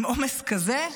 עם עומס כזה,